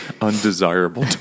undesirable